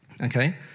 okay